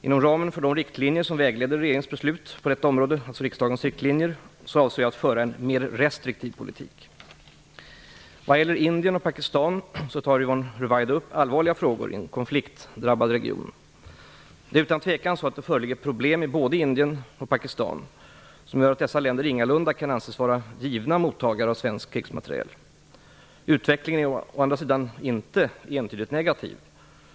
Inom ramen för de riktlinjer som vägleder regeringens beslut på detta område, alltså riksdagens riktlinjer, avser jag att föra en mer restriktiv politik. Vad gäller Indien och Pakistan tar Yvonne Ruwaida upp allvarliga frågor i en konfliktdrabbad region. Det är utan tvekan så att det föreligger problem i både Indien och Pakistan som gör att dessa länder ingalunda kan anses vara givna mottagare av svensk krigsmateriel. Utvecklingen är däremot inte entydigt negativ.